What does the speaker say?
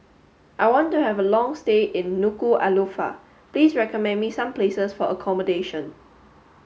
I want to have a long stay in Nuku'alofa please recommend me some places for accommodation